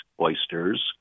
oysters